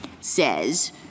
says